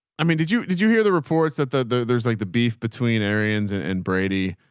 i mean, did you, did you hear the reports that the, the there's like the beef between ariens and and brady?